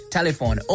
Telephone